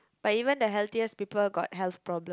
but even the healthiest people got health problem